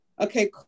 Okay